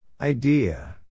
Idea